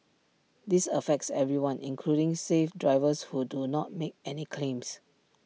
this affects everyone including safe drivers who do not make any claims